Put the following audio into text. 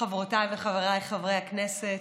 חברותיי וחבריי חברי הכנסת,